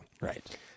Right